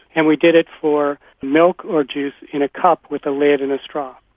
and we did it for milk or juice in a cup with a lid and a straw.